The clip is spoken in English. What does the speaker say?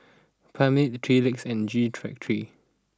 Palmer's Three Legs and G three three